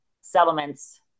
settlements